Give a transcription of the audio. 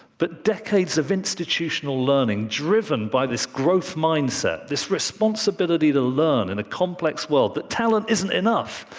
but decades of institutional learning driven by this growth mindset, this responsibility to learn in a complex world, that talent isn't enough,